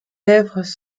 lèvres